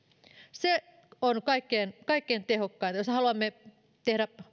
se on kaikkein kaikkein tehokkainta jos haluamme tehdä